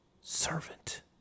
servant